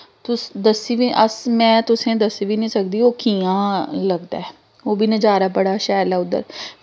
तुसें दस्सी बी में तुसेंगी दस्सी बी नी सकदी ओह् कि'यां लगदा ऐ ओह् बी नज़ारा बड़ा शैल लभदा